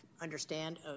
Understand